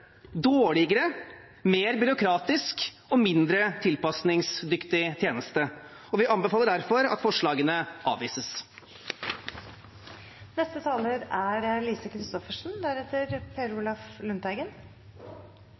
dårligere, mer byråkratisk og mindre tilpasningsdyktig tjeneste. Vi anbefaler derfor at forslagene